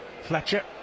Fletcher